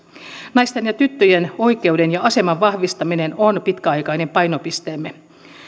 naisten ja tyttöjen oikeuden ja aseman vahvistaminen on pitkäaikainen painopisteemme